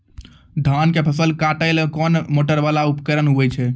धान के फसल काटैले कोन मोटरवाला उपकरण होय छै?